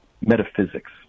metaphysics